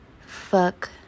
fuck